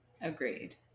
Agreed